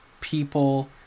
people